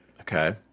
Okay